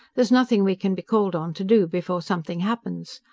there's nothing we can be called on to do before something happens.